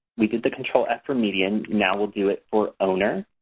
we did the control f for median. now we'll do it for owner.